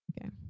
Okay